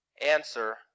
answer